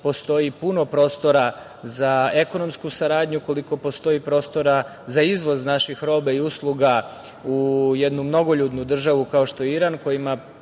postoji puno prostora za ekonomsku saradnju, koliko postoji prostora za izvoz naših roba i usluga u jednu mnogoljudnu državu kao što je Iran,